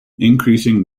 increasing